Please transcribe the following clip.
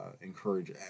encourage